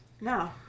No